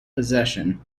possession